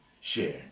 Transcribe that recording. share